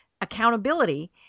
accountability